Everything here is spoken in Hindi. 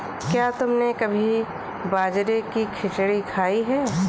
क्या तुमने कभी बाजरे की खिचड़ी खाई है?